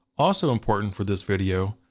also important for this video,